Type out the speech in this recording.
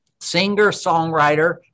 singer-songwriter